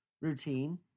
routine